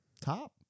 Top